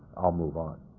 i'll move on.